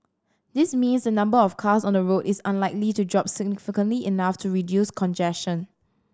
this means the number of cars on the road is unlikely to drop significantly enough to reduce congestion